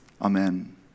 Amen